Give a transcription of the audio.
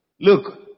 Look